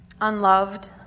unloved